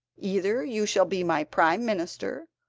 either you shall be my prime minister,